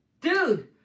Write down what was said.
dude